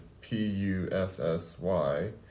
P-U-S-S-Y